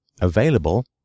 available